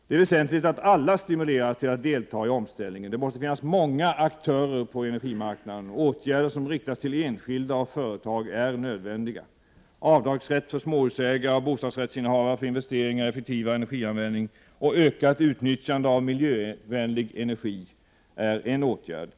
Det är väsentligt att alla stimuleras att delta i omställningen. Det måste finnas många aktörer på energimarknaden. Åtgärder som riktas till enskilda och företag är nödvändiga. Avdragsrätt för småhusägare och bostadsrättsinnehavare för investeringar i effektivare energianvändning och ökat utnyttjande av miljövänlig energi är en åtgärd.